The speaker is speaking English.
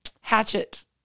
hatchet